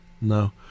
No